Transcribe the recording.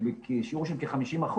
שיעור של כ-50%,